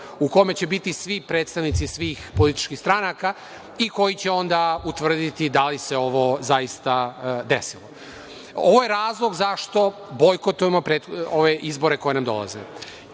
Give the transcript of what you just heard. u kome će biti predstavnici svih političkih stranaka i koji će onda utvrditi da li se ovo zaista desilo. Ovo je razlog zašto bojkotujemo izbore koji nam dolaze.